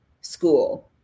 school